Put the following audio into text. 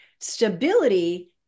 Stability